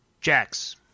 Jax